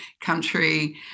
country